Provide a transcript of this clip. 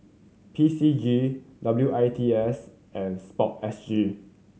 P C G W I T S and Sport S G